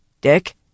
Dick